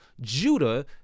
judah